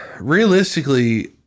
realistically